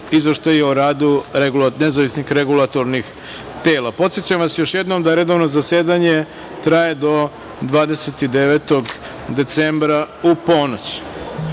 izveštaji o radu nezavisnih regulatornih tela. Podsećam vas još jednom da redovno zasedanje traje do 29. decembra u ponoć. Pošto